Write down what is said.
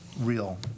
real